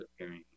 appearing